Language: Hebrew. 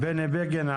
בני בגין,